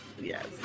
Yes